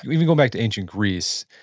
even going back to ancient greece,